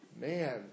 man